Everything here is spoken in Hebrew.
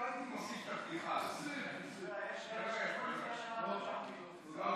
הוא בטוח,